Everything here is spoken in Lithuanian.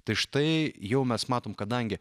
tai štai jau mes matom kadangi